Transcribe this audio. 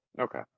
Okay